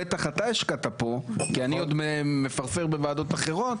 בטח אתה השקעת פה כי אני מפרפר בוועדות אחרות,